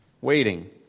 Waiting